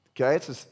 Okay